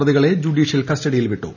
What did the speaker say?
പ്രതികളെ ജുഡീഷ്യൽ കസ്റ്റ്ഡിയിൽ വിട്ടു